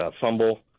fumble